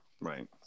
Right